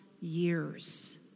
years